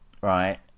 right